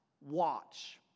watch